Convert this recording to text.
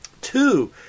two